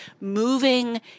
moving